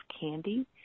candy